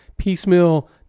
piecemeal